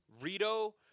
Rito